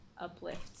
uplift